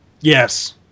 Yes